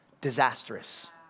Disastrous